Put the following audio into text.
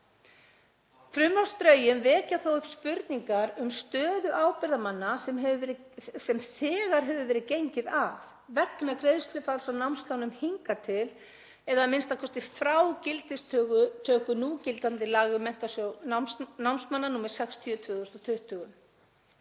Frumvarpsdrögin vekja þó upp spurningar um stöðu ábyrgðarmanna sem þegar hefur verið gengið að vegna greiðslufalls á námslánum hingað til eða a.m.k. frá gildistöku núgildandi laga um Menntasjóð námsmanna, nr. 60/2020.